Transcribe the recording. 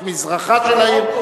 יש מזרחה של העיר,